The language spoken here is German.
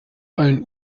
allen